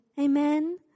Amen